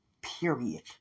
period